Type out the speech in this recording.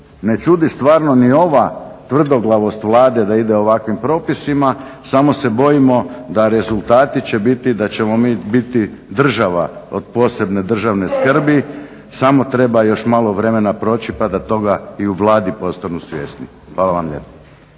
ne čudi stvarno ni ova tvrdoglavost Vlade da ide ovakvim propisima samo se bojimo da rezultati će biti da ćemo mi biti država od posebne državne skrbi, samo treba još malo vremena proći pa da toga i u Vladi postanu svjesni. Hvala vam lijepa.